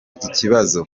ikibazo